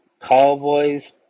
Cowboys